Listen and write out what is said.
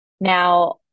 Now